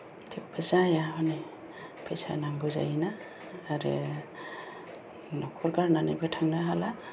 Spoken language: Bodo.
थेवबो जाया हनै फैसा नांगौ जायोना आरो न'खर गारनानैबो थांनो हाला